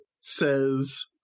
says